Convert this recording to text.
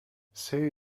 see